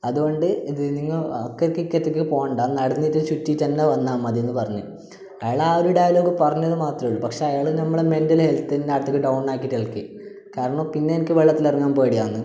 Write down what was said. അതുകൊണ്ട് ത് നിങ്ങൾ അക്കക്ക് ഇക്കറ്റക്ക് പോകണ്ട നടന്നിട്ട് ചുറ്റിട്ടക്കെ വന്നാൽ മതീന്ന് പറഞ്ഞ് അയാൾ ആ ഒരു ഡയലോഗ് പറഞ്ഞത് മാത്രമേ ഉള്ളു പക്ഷേ അയാൾ നമ്മളെ മെന്റലി ഹെല്ത്തിനകത്തക്കെ ഡൌൺ ആക്കീട്ടേളക്കി കാരണമെന്ന് പിന്നെ എനിക്ക് വെള്ളത്തിൽ ഇറങ്ങാൻ പേടിയാന്ന്